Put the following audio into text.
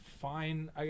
fine